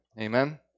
Amen